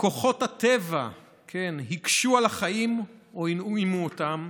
כוחות הטבע הקשו על החיים או הנעימו אותם,